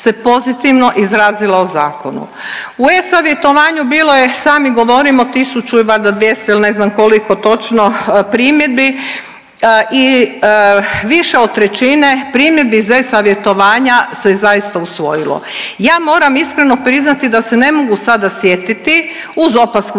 se pozitivno izrazila o zakonu. U e-savjetovanju bilo je i sami govorimo 1000 i valjda 200 ili ne znam koliko točno primjedbi i više od trećine primjedbi iz e-savjetovanja se zaista usvojilo. Ja moram iskreno priznati da se ne mogu sada sjetiti uz opasku